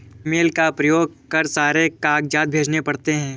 email का प्रयोग कर सारे कागजात भेजने पड़ते हैं